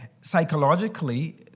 psychologically